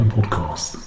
Podcast